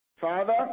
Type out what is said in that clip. father